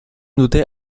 dute